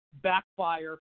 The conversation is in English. backfire